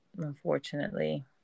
unfortunately